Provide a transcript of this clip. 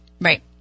Right